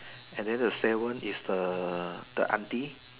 and then the seven is the the aunty